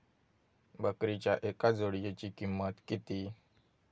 बकरीच्या एका जोडयेची किंमत किती?